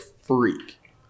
freak